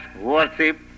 worship